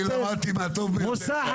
אני למדתי מהטוב ביותר שהיה פה.